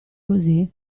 così